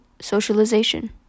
socialization